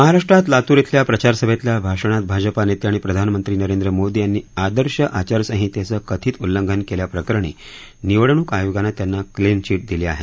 महाराष्ट्रात लातूर शिल्या प्रचारसभेतल्या भाषणात भाजपा नेते आणि प्रधानमंत्री नरेंद्र मोदी यांनी आदर्श आचारसंहितेचं कथित उल्लंघन केल्याप्रकरणी निवडणूक आयोगानं त्यांना क्लीन चिट दिली आहे